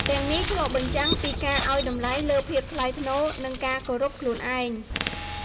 ទាំងនេះឆ្លុះបញ្ចាំងពីការឲ្យតម្លៃលើភាពថ្លៃថ្នូរ និងការគោរពខ្លួនឯង។